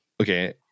okay